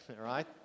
right